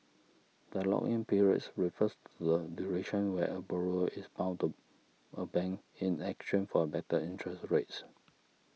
the lock in periods refers to the duration where a borrower is bound to a bank in exchange for better interest rates